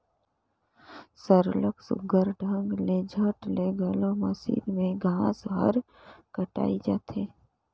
सरलग सुग्घर ढंग ले झट ले घलो मसीन में घांस हर कटाए जाथे